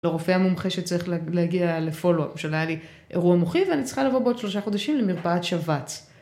לרופא המומחה שצריך להגיע לפולו. למשל היה לי אירוע מוחי ואני צריכה לבוא בעוד 3 חודשים למרפאת שבץ.